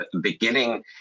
beginning